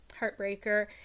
Heartbreaker